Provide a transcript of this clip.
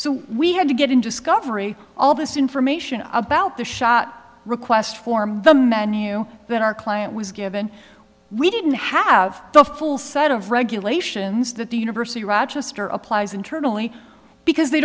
so we had to get in discovery all this information about the shot request form the menu then our client was given we didn't have the full set of regulations that the university of rochester applies internally because they